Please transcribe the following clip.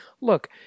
look